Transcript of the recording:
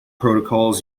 protocols